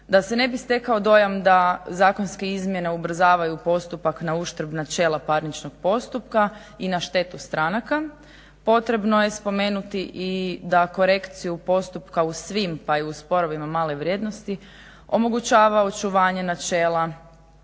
Da se ne bi stekao dojam da zakonske izmjene ubrzavaju postupak na uštrb načela parničnog postupka i na štetu stranaka potrebno je spomenuti i da korekciju postupka u svim pa i u sporovima male vrijednosti omogućava očuvanje načela